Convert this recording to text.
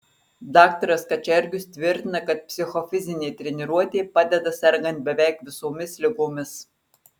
daktaras kačergius tvirtina kad psichofizinė treniruotė padeda sergant beveik visomis ligomis